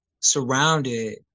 surrounded